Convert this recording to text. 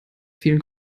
vielen